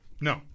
No